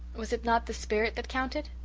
was it not the spirit that counted?